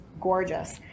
gorgeous